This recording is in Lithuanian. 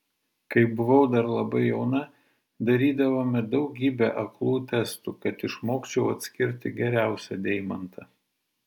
kai buvau dar labai jauna darydavome daugybę aklų testų kad išmokčiau atskirti geriausią deimantą